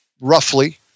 roughly